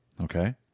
Okay